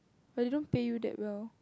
but they don't think you that well